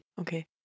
okay